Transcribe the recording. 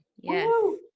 Yes